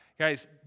Guys